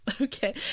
okay